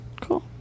Cool